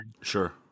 Sure